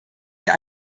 wir